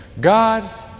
God